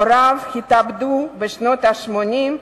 הוריו התאבדו בשנות ה-80,